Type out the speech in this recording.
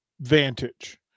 vantage